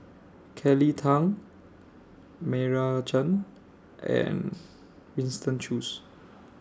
Kelly Tang Meira Chand and Winston Choos